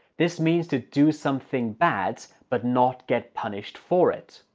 this means to do something bad but not get punished for it.